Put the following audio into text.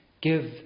give